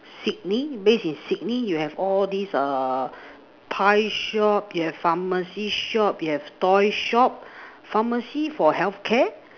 Sydney based in Sydney you have all these err pie shop you have pharmacy shop you have toy shop pharmacy for healthcare